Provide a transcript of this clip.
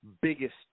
biggest